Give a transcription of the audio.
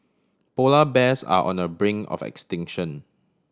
polar bears are on the brink of extinction